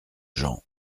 gens